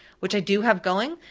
which i do have going,